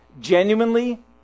genuinely